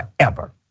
forever